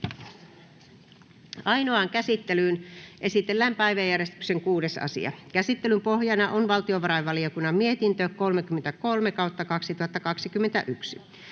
Ainoaan käsittelyyn esitellään päiväjärjestyksen 6. asia. Käsittelyn pohjana on valtiovarainvaliokunnan mietintö VaVM 33/2021